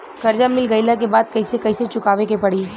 कर्जा मिल गईला के बाद कैसे कैसे चुकावे के पड़ी?